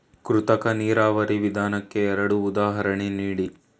ಕೃತಕ ನೀರಾವರಿ ವಿಧಾನಕ್ಕೆ ಎರಡು ಉದಾಹರಣೆ ನೀಡಿ?